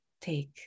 take